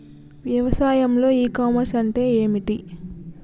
వ్యవసాయంలో e commerce అంటే ఏమిటి?